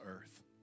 earth